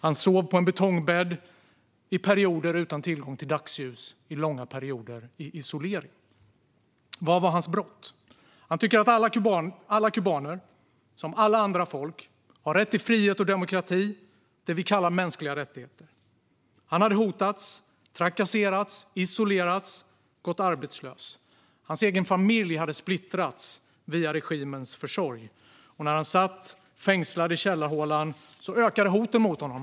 Han sov på en betongbädd, i perioder utan tillgång till dagsljus och under långa perioder i isolering. Vad var då hans brott? Jo, han tycker att alla kubaner, som alla andra folk, har rätt till frihet och demokrati, det vi kallar mänskliga rättigheter. Han hade hotats, trakasserats, isolerats och gått arbetslös. Hans egen familj hade splittrats via regimens försorg. När han satt fängslad i källarhålan ökade hoten mot honom.